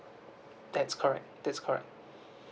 that's correct that's correct